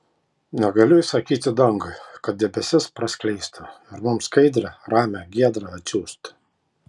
negaliu įsakyti dangui kad debesis praskleistų ir mums skaidrią ramią giedrą atsiųstų